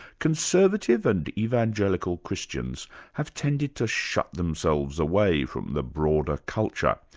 conservative and evangelical christians have tended to shut themselves away from the broader culture,